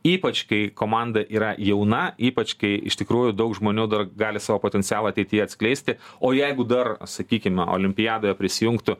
ypač kai komanda yra jauna ypač kai iš tikrųjų daug žmonių dar gali savo potencialą ateityje atskleisti o jeigu dar sakykime olimpiadoje prisijungtų